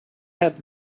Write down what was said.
have